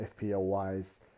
FPL-wise